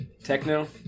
Techno